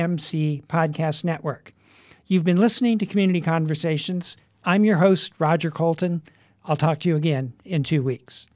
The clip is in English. m c podcast network you've been listening to community conversations i'm your host roger coulton i'll talk to you again in two weeks